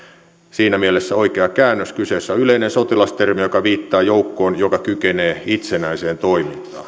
siinä mielessä oikea käännös kyseessä on yleinen sotilastermi joka viittaa joukkoon joka kykenee itsenäiseen toimintaan